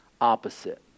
opposite